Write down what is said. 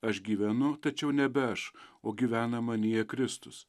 aš gyvenu tačiau nebe aš o gyvena manyje kristus